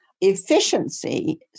efficiency